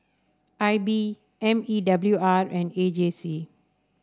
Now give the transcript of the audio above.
I B M E W R and A J C